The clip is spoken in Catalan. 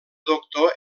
doctor